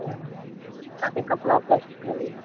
ہاں تاکہ کپڑا اپڑا سکھائیں